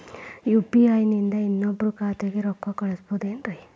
UPI ನಿಂದ ಇನ್ನೊಬ್ರ ಖಾತೆಗೆ ರೊಕ್ಕ ಕಳ್ಸಬಹುದೇನ್ರಿ?